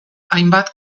hainbat